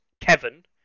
Kevin